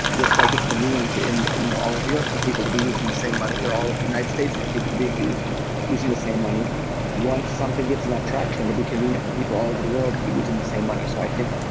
just like it's convenient in you know all of europe for people to be using the same money, or all of the united states for people to be using the same money once something gets enough traction, it'll be convenient for people all over the world to be using the same money. so i think,